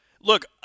Look